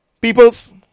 Peoples